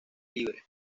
libre